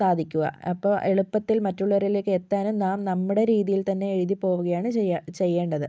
സാധിക്കുക അപ്പോൾ എളുപ്പത്തിൽ മറ്റുള്ളവരിലേക്ക് എത്താനും നാം നമ്മുടെ രീതിയിൽ തന്നെ എഴുതി പോവുകയാണ് ചെയ്യുക ചെയ്യേണ്ടത്